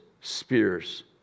spears